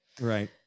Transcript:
Right